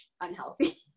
unhealthy